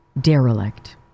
derelict